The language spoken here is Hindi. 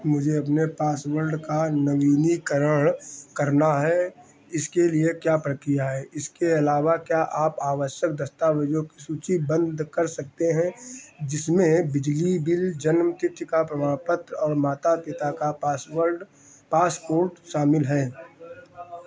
मुझे अपने पासवर्ल्ड का नवीनीकरण करना है इसके लिए क्या प्रक्रिया है इसके अलावा क्या आप आवश्यक दस्तावेज़ों को सूचीबंद कर सकते हैं जिसमें बिजली बिल जन्म तिथि का प्रमाण और माता पिता का पासवर्ड पासपोर्ट शामिल हैं